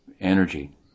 energy